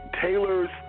Taylor's